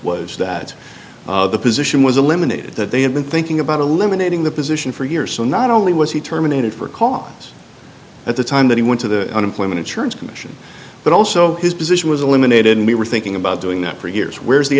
was that the position was eliminated that they had been thinking about a limit dating the position for years so not only was he terminated for cause at the time that he went to the unemployment insurance commission but also his position was eliminated and we were thinking about doing that for years where's the